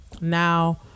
now